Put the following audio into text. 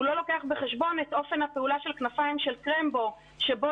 לא לוקח בחשבון את אופן הפעולה של 'כנפיים של קרמבו' שבו